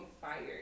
fired